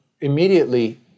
immediately